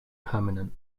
permanent